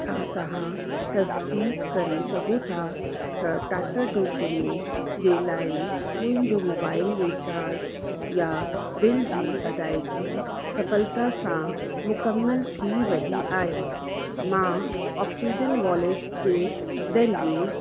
छा तव्हां तसदीक करे सघो था त टाटा डोकोमो जे लाइ मुंहिंजो मोबाइल रिचार्ज या बिल जी अदाइगी सफ़लता सां मुकमल थी रही आहे मां ऑक्सीजन वॉलेट जे दरिए